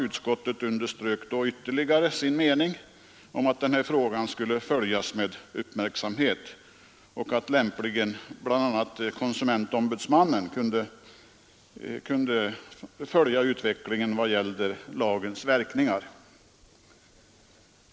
Utskottet underströk då ytterligare sin mening att frågan skulle följas med uppmärksamhet och att lämpligen bl.a. konsumentombudsmannen skulle följa utvecklingen med avseende på lagens verkningar.